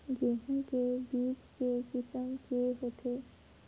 गेहूं के बीज के किसम के होथे?